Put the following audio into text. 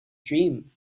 dream